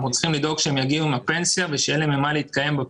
אנחנו צריכים לדאוג שהם יגיעו עם הפנסיה ושיהיה להם ממה להתקיים.